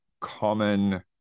common